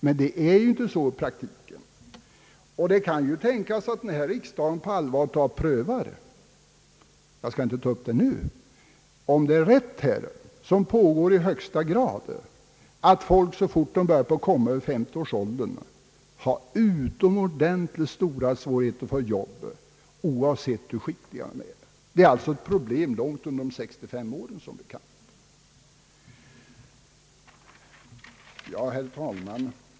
Men det är inte så i Det kan tänkas att denna riksdag på allvar vill pröva — men jag skall inte ta upp det nu — om det är riktigt att folk så fort de kommer upp i 50-årsåldern skall ha utomordentligt stora svårigheter att få arbete oavsett hur skickliga de är. Detta är som bekant ett problem långt före 65-årsåldern. Herr talman!